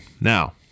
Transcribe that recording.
Now